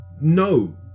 No